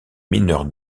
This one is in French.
mineur